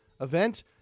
event